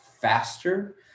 faster